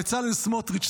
בצלאל סמוטריץ',